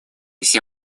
все